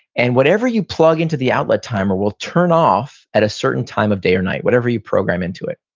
and whatever you plug into the outlet timer will turn off at a certain time of day or night, whatever you program into it.